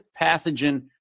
pathogen